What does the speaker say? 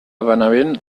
benavent